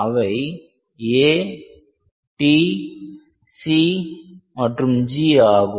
அவை ATC மற்றும் G ஆகும்